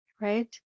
right